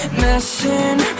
messing